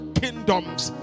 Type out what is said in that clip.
kingdoms